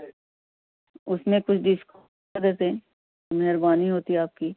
اس میں کچھ ڈشک کر دیتے ہیں مہربانی ہوتی ہے آپ کی